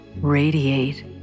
Radiate